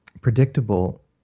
predictable